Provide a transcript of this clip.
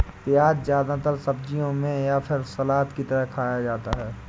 प्याज़ ज्यादातर सब्जियों में या फिर सलाद की तरह खाया जाता है